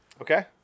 Okay